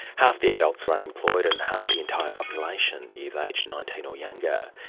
half the adults are unemployed, and half the entire population is age nineteen or younger.